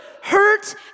Hurt